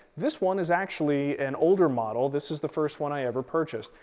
this one is actually an older model. this is the first one i ever purchased.